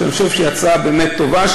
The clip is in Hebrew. שאני חושב שהיא הצעה באמת טובה,